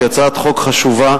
שהיא הצעת חוק חשובה,